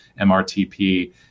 MRTP